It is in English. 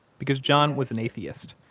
because john was an atheist.